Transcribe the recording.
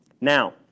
Now